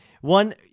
One